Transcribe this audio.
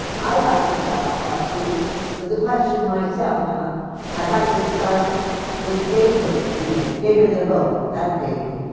i'd like to start part two with a question myself, and i'd like to start it with david, if you may. david leveaux, that david.